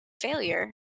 failure